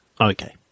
Okay